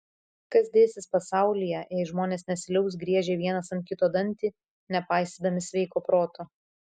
kas dėsis pasaulyje jei žmonės nesiliaus griežę vienas ant kito dantį nepaisydami sveiko proto